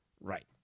Right